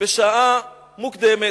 בשעה מוקדמת,